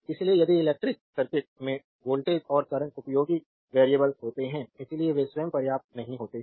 इसलिए इसलिए electric circuit में वोल्टेज और करंट उपयोगी वेरिएबल्स होते हैं लेकिन वे स्वयं पर्याप्त नहीं होते हैं